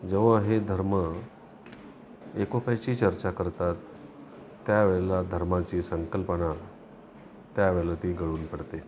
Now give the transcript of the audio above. जेव्हा हे धर्म एकोप्याची चर्चा करतात त्यावेळेला धर्माची संकल्पना त्यावेळेला ती गळून पडते